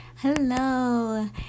Hello